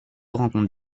rencontre